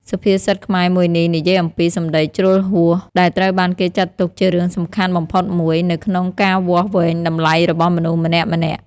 សុភាសិតខ្មែរមួយនេះនិយាយអំពី សម្តីជ្រុលហួស ដែលត្រូវបានគេចាត់ទុកជារឿងសំខាន់បំផុតមួយ នៅក្នុងការវាស់វែងតម្លៃរបស់មនុស្សម្នាក់ៗ។